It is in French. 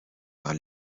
par